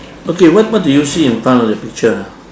okay what what do you see in front of the picture ah